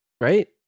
Right